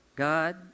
God